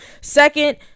Second